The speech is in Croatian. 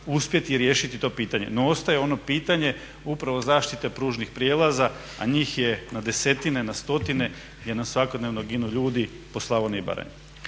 uspjeti riješiti to pitanje. No, ostaje ono pitanje upravo zaštite pružnih prijelaza, a njih je na desetine, na stotine gdje nam svakodnevno ginu ljudi po Slavoniji i Baranji.